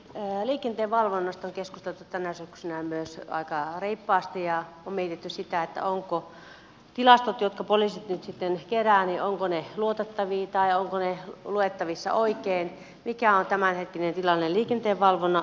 liikenteen valvonnasta on keskusteltu tänä syksynä myös aika reippaasti ja on mietitty sitä ovatko tilastot jotka poliisit nyt sitten keräävät luotettavia tai luettavissa oikein ja mikä on tämänhetkinen tilanne liikenteen valvonnan osalta